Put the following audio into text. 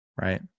Right